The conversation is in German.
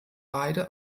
beide